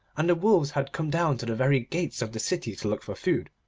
and the wolves had come down to the very gates of the city to look for food,